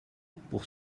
pour